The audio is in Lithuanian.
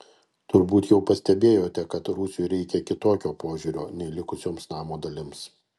turbūt jau pastebėjote kad rūsiui reikia kitokio požiūrio nei likusioms namo dalims